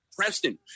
Preston